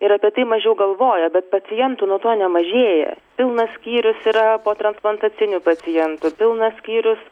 ir apie tai mažiau galvoja bet pacientų nuo to nemažėja pilnas skyrius yra potransplantacinių pacientų pilnas skyrius